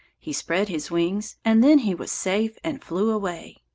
he spread his wings, and then he was safe and flew away.